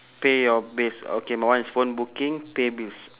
pay your bills okay my one is phone booking pay bills